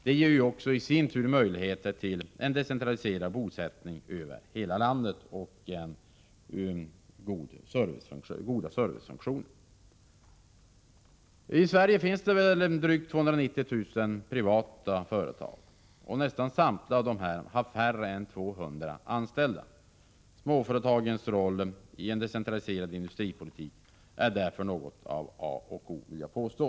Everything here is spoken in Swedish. Det ger också i sin tur möjligheter till en decentraliserad bosättning över hela landet och goda servicefunktioner. I Sverige finns det drygt 290 000 privata företag, och nästan alla dessa har färre än 200 anställda. Småföretagens roll i en decentraliserad industripolitik är därför något av A och O, vill jag påstå.